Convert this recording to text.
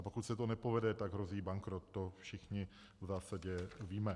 Pokud se to nepovede, tak hrozí bankrot, to všichni v zásadě víme.